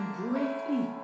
greatly